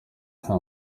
nta